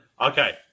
Okay